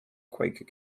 quaker